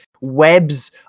webs